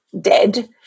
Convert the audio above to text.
dead